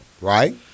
Right